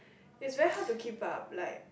is very hard to keep up like